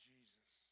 Jesus